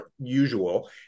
usual